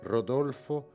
Rodolfo